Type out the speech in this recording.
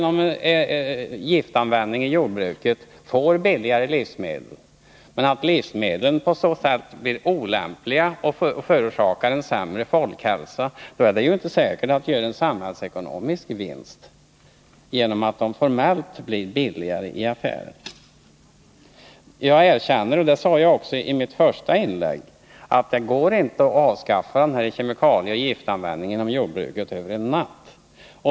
Om giftanvändning i jordbruket ger oss billigare livsmedel men samtidigt gör livsmedlen olämpliga för oss och förorsakar en sämre folkhälsa, då är det ju inte säkert att vi genom giftanvändningen gör en samhällsekonomisk vinst, även om livsmedlen blir billigare att köpa i affärerna. Jag erkänner — och det sade jag också i mitt första inlägg — att det inte går att avskaffa kemikalieoch giftanvändningen i jordbruket över en natt.